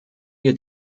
wir